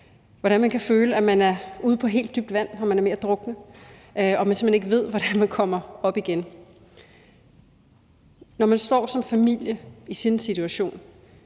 hvordan man kan føle, at man er ude på helt dybt vand, at man er ved at drukne, og at man simpelt hen ikke ved, hvordan man kommer op igen. Når man står som familie i sådan en situation,